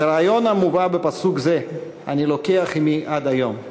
את הרעיון המובא בפסוק זה אני לוקח עמי עד היום: